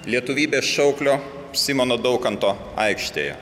lietuvybės šauklio simono daukanto aikštėje